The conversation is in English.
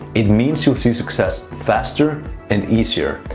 it means you'll see success faster and easier.